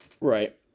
Right